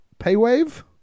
Paywave